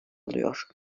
alıyor